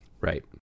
Right